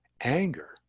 anger